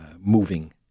moving